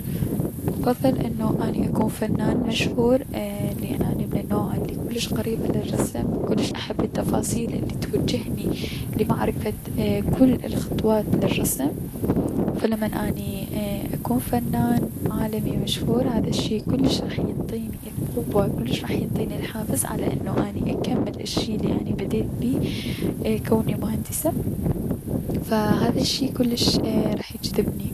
افضل انو اكون فنان مشهور لأن اني من النوع الي كلش قريبة للرسم كلش احب التفاصيل الي توجهني لمعرفة كل الخطوات للرسم، فاني احب فلمن اني اكون فنان عالمي مشهور هذا الشي كلش راح ينطيني القوة و كلش راح ينطيني الحافز انو اني اكمل الشي الي اني بديت بيه كوني اني مهندسة، فهذا الشي كلش راح يجذبني.